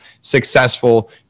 successful